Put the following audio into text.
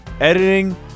editing